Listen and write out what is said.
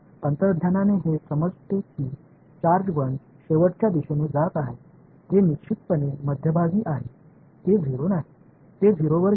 अंतर्ज्ञानाने हे समजते की चार्ज बंच शेवटच्या दिशेने जात आहे हे निश्चितपणे मध्यभागी आहे ते 0 नाही ते 0 वर गेले नाही